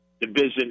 division